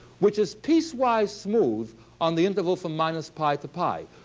which is piecewise smooth on the interval from minus pi to pi.